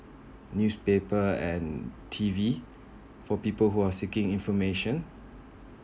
newspaper and T_V for people who are seeking information